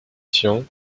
tian